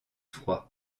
froid